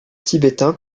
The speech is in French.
tibétain